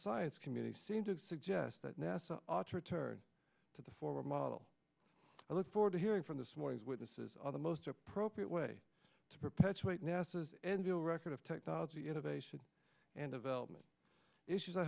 science community seem to suggest that nasa ought to return to the former model and look forward to hearing from the smores witnesses on the most appropriate way to perpetuate nasa's and to a record of technology innovation and development issues i